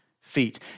feet